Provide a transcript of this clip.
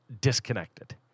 disconnected